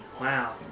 Wow